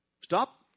Stop